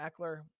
Eckler